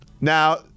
Now